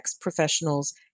professionals